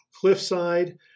cliffside